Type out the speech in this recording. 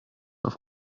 auf